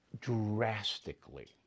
drastically